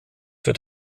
für